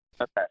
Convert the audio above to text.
Okay